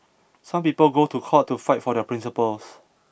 some people go to court to fight for their principles